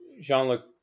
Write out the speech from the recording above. Jean-Luc